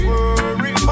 Worry